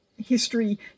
history